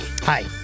Hi